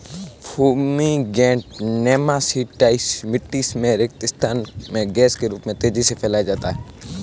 fumigant nematicide मिटटी में रिक्त स्थान में गैस के रूप में तेजी से फैलाया जाता है